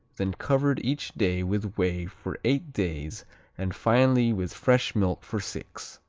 then covered each day with whey for eight days and finally with fresh milk for six.